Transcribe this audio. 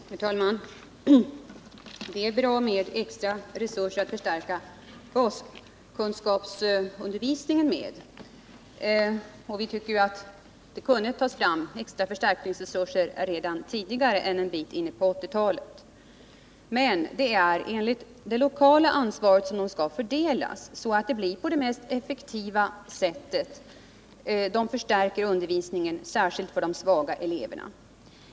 Herr talman! Det är bra med extra resurser att förstärka baskunskapsundervisningen med. Vi tycker att dessa förstärkningsresurser borde kunna tas fram redan tidigare än en bit in på 1980-talet. Men det är på det lokala planet de skall fördelas för att det skall göras på det mest effektiva sättet, dvs. så att de förstärker undervisningen särskilt för de svaga eleverna.